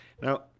now